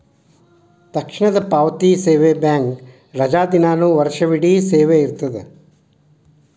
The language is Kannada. ತಕ್ಷಣದ ಪಾವತಿ ಸೇವೆ ಬ್ಯಾಂಕ್ ರಜಾದಿನಾನು ವರ್ಷವಿಡೇ ಸೇವೆ ಇರ್ತದ